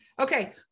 Okay